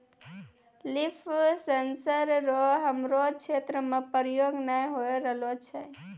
लिफ sensor रो हमरो क्षेत्र मे प्रयोग नै होए रहलो छै